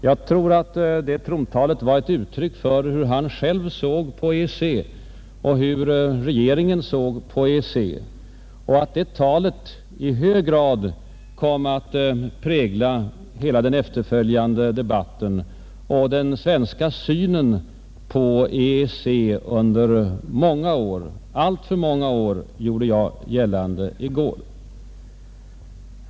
Jag tror att det talet var ett uttryck för hur han själv och regeringen såg på EEC och att talet i hög grad kom att prägla hela den efterföljande debatten och den svenska synen på EEC under många år — alltför många år, gjorde jag gällande i går.